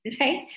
right